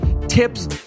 tips